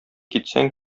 китсәң